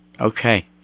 okay